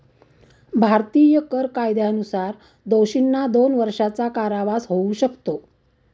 भारतीय कर कायद्यानुसार दोषींना दोन वर्षांचा कारावास होऊ शकतो